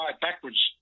backwards